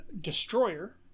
*Destroyer*